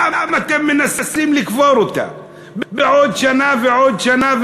למה אתם מנסים לקבור אותה בעוד שנה ועוד שנה?